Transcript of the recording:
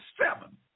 seven